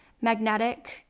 Magnetic